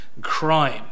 crime